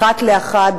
אחת לאחת,